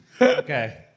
Okay